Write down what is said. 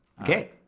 okay